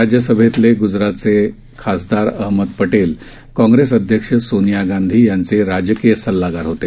राज्यसभैतले ग्जरातचे खासदार अहमद पटेल काँग्रेस अध्यक्ष सोनिया गांधी यांचे राजकीय सल्लागार होते